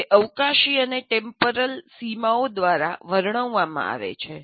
તે અવકાશી અને ટેમ્પોરલ સીમાઓ દ્વારા વર્ણવવામાં આવે છે